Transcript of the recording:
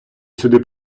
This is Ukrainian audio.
сюди